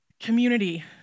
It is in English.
community